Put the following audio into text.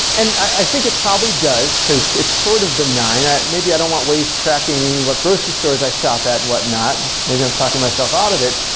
and i think it probably does, because it's sort of benign. ah maybe i don't want waze tracking what grocery stores i shop at, whatnot. maybe i'm talking myself out of it,